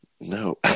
No